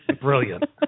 Brilliant